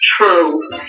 true